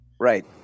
Right